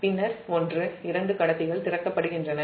பின்னர் ஒன்று இரண்டு கடத்திகள் திறக்கப்படுகின்றன